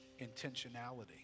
intentionality